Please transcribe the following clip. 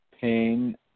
pain